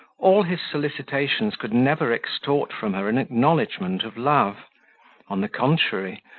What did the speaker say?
all his solicitations could never extort from her an acknowledgment of love on the contrary,